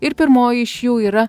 ir pirmoji iš jų yra